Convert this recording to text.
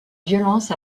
violence